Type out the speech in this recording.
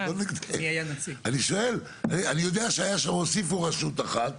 אני שואל, אני יודע שהוסיפו רשות אחת,